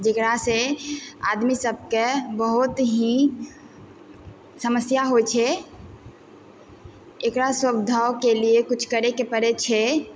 जेकरा से आदमी सबके बहुत ही समस्या होइ छै एकरा के लिए किछु करैके पड़ै छै